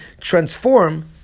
transform